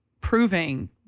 proving